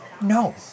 No